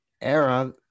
era